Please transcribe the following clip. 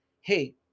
hey